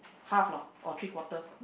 half lor or three quarter